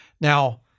Now